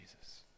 Jesus